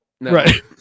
Right